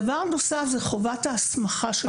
דבר נוסף הוא חובת ההסמכה.